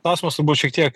klausimas turbūt šiek tiek